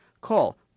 Call